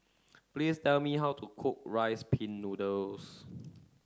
please tell me how to cook rice pin noodles